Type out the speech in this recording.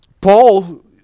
Paul